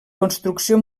construcció